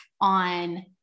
on